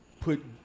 put